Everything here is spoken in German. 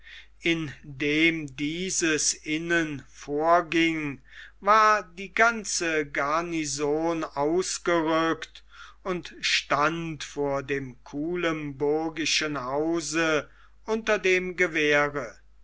indem dieses innen vorging war die ganze garnison ausgerückt und stand vor dem kuilemburgischen haus unter dem gewehre